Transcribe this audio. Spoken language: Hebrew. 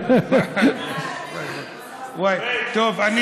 פריג', עיסאווי, תמשיך עם